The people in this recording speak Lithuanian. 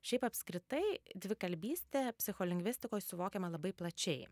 šiaip apskritai dvikalbystė psicholingvistikoj suvokiama labai plačiai